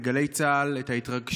היום בגלי צה"ל את ההתרגשות